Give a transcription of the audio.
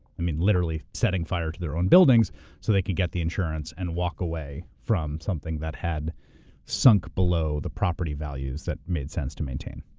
literally setting fire to their own buildings so they can get the insurance and walk away from something that had sunk below the property values that made sense to maintain.